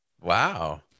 Wow